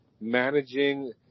managing